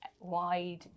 wide